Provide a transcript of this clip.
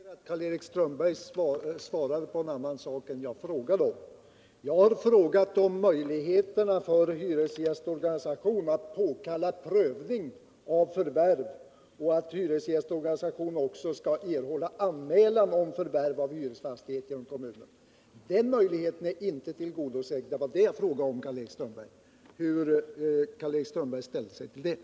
Herr talman! Jag vill notera att Karl-Erik Strömberg svarade på en annan sak än den jag frågade om. Jag frågade om möjligheterna för en hyresgästorganisation att påkalla prövning av förvärv. Jag har sagt att hyresgästorganisation också skall erhålla anmälan från kommunen om förvärv av hyresfastighet. Den möjligheten är inte tillgodosedd. Jag frågade om hur Karl-Erik Strömberg ställde sig till detta.